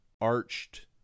arched